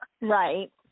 Right